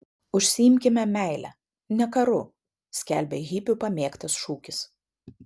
užsiimkime meile ne karu skelbė hipių pamėgtas šūkis